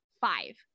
Five